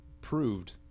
proved